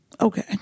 Okay